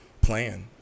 plan